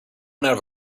phone